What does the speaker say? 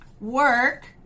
work